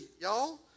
y'all